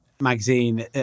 magazine